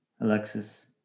Alexis